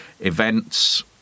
events